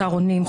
צהרונים,